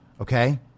Okay